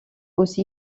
aussi